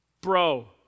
bro